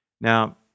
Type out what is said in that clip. Now